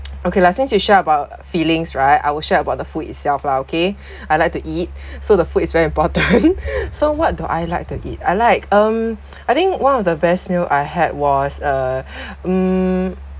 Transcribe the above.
okay lah since you share about feelings right I will share about the food itself lah okay I like to eat so the food is very important so what do I like to eat I like um I think one of the best meal I had was a um